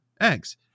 eggs